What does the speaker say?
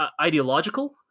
ideological